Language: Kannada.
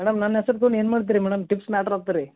ಮೇಡಮ್ ನನ್ನ ಹೆಸರು ತೊಗೊಂಡು ಏನು ಮಾಡ್ತೀರಿ ಮೇಡಮ್ ಟಿಪ್ಸ್ ಮ್ಯಾಟ್ರ್ ಆಗ್ತೆ ರೀ